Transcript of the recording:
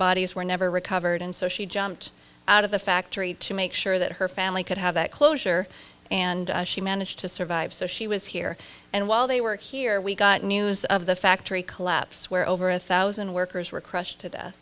bodies were never recovered and so she jumped out of the factory to make sure that her family could have that closure and she managed to survive so she was here and while they were here we got news of the factory collapse where over a thousand workers were crushed to death